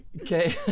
Okay